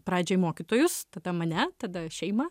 pradžiai mokytojus tada mane tada šeimą